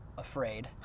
afraid